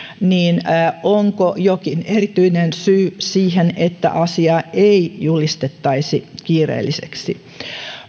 niin onko jokin erityinen syy siihen että asiaa ei julistettaisi kiireelliseksi